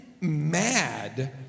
mad